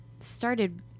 started